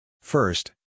first